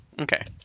Okay